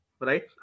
right